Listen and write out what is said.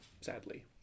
sadly